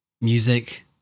music